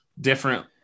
different